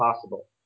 possible